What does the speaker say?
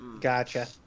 Gotcha